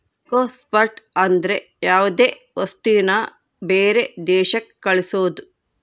export ಅಂದ್ರ ಯಾವ್ದೇ ವಸ್ತುನ ಬೇರೆ ದೇಶಕ್ ಕಳ್ಸೋದು